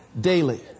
daily